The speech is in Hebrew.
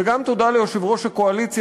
וגם תודה ליושב-ראש הקואליציה,